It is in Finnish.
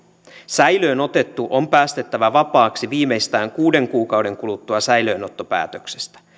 säilöön otettu on päästettävä vapaaksi viimeistään kuuden kuukauden kuluttua säilöönottopäätöksestä